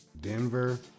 Denver